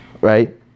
Right